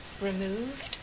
removed